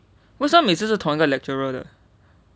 为什么每次都是同一个 lecturer 的